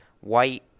white